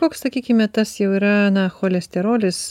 koks sakykime tas jau yra cholesterolis